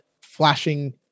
flashing